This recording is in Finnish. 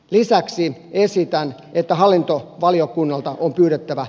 lisäksi esitän että hallinto valiokunnalta on pyrittävä